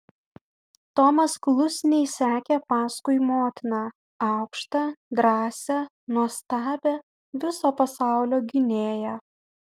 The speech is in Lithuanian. tomas klusniai sekė paskui motiną aukštą drąsią nuostabią viso pasaulio gynėją